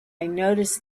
noticed